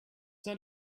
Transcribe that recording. not